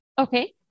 Okay